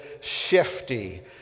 shifty